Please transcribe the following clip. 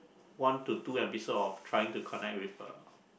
one to two episode of trying to connect with the